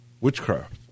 witchcraft